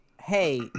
hey